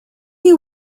you